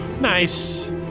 Nice